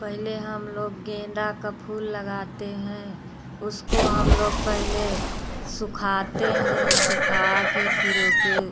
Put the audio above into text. पहले हम लोग गेंदा का फूल लगाते हैं उसको हम लोग पहले सुखाते हैं सुखा के फिर ओ के